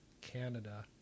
Canada